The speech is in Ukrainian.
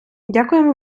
дякуємо